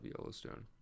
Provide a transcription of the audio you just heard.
Yellowstone